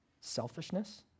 selfishness